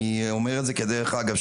אני אומר את זה כדרך אגב,